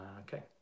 Okay